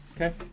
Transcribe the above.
Okay